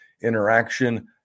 interaction